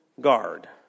guard